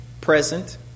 present